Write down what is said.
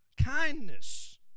kindness